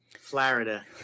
Florida